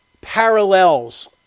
Parallels